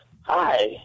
Hi